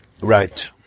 Right